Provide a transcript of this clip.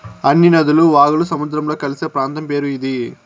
అన్ని నదులు వాగులు సముద్రంలో కలిసే ప్రాంతం పేరు ఇది